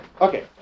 Okay